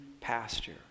pasture